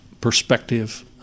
perspective